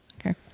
Okay